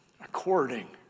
According